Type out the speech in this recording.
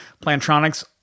plantronics